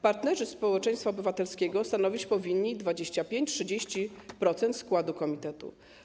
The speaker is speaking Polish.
Partnerzy społeczeństwa obywatelskiego stanowić powinni 25%, 30% składu komitetu.